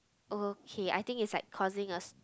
okay I think it's like causing a